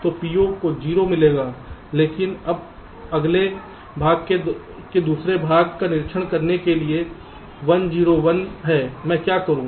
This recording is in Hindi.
तो पीओ को 0 1 मिलेगा लेकिन अब अगले भाग के दूसरे भाग का निरीक्षण करने के लिए जो 1 0 1 है मैं क्या करूं